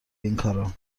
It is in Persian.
اینکارا